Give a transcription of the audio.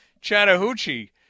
Chattahoochee